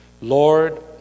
Lord